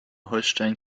holstein